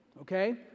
Okay